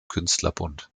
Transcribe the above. künstlerbund